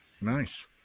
Nice